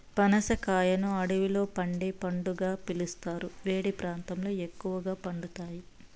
పనస కాయను అడవిలో పండే పండుగా పిలుస్తారు, వేడి ప్రాంతాలలో ఎక్కువగా పండుతాయి